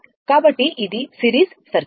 కాబట్టి ఇది series circuit